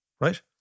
right